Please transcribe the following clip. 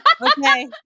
Okay